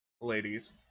ladies